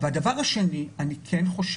עכשיו אני רוצה לדבר על מספרים: דיברתי על אותם מתחמים,